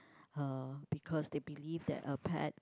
uh because they believe that a pet